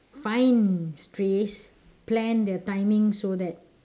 find strays plan their timing so that